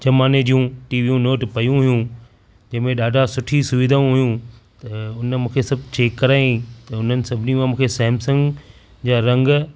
ज़माने जूं टीवियूं हुन वटि पई हुयूं जंहिंमें ॾाढा सुठी सुविधाऊं हुयूं त हुन मूंखे सभु चेक कराईं त हुन सभिनी मां मूंखे सैमसंग जा रंग